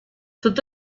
tot